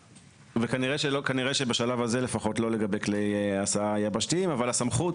וכנראה שלא - בשלב זה לפחות לגבי כלי הסעה יבשתיים אבל הסמכות